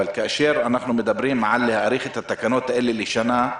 אבל כאשר מדברים על הארכת התקנות האלה לשנה,